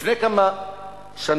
לפני כמה שנים,